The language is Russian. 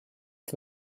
нет